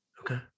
Okay